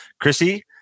chrissy